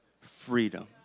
freedom